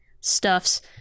stuff's